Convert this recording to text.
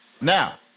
Now